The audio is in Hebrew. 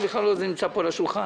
לא נמצא פה על השולחן.